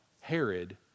Herod